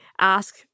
ask